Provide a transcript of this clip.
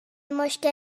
مشکلی